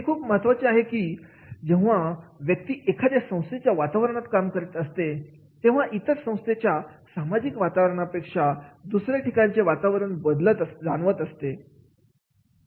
हे खूप महत्त्वाचे आहे की जेव्हा व्यक्ती एखाद्या संस्थेच्या वातावरणात काम करीत असते तेव्हा इतर संस्थांच्या सामाजिक वातावरणापेक्षा दुसऱ्या ठिकाणी बदल जाणवत असतो